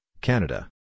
Canada